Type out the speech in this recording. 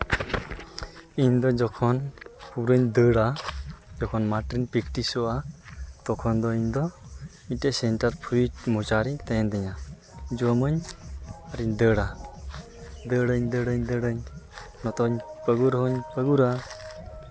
ᱤᱧ ᱫᱚ ᱡᱚᱠᱷᱚᱱ ᱯᱩᱨᱟᱹᱧ ᱫᱟᱹᱲᱟ ᱡᱚᱠᱷᱚᱱ ᱢᱟᱴᱷ ᱨᱤᱧ ᱯᱮᱠᱴᱤᱥᱚᱜᱼᱟ ᱛᱚᱠᱷᱚᱱ ᱫᱚ ᱤᱧ ᱫᱚ ᱢᱤᱫᱴᱮᱡ ᱥᱮᱱᱴᱟᱨᱯᱨᱩᱴ ᱢᱚᱪᱟᱨᱮ ᱛᱟᱦᱮᱱ ᱛᱤᱧᱟᱹ ᱡᱚᱢᱟᱹᱧ ᱟᱨᱤᱧ ᱫᱟᱹᱲᱟ ᱫᱟᱹᱲᱟᱹᱧ ᱫᱟᱹᱲᱟᱹᱧ ᱫᱟᱹᱲᱟᱹᱧ ᱱᱚᱛᱮ ᱯᱟ ᱜᱩᱨ ᱦᱚᱧ ᱯᱟ ᱜᱩᱨᱟ